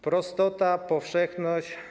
Prostota, powszechność.